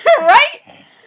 Right